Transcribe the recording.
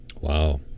Wow